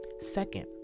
Second